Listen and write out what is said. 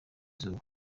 izuba